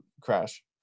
crash